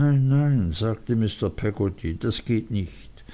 nein nein sagte mr peggotty das geht nicht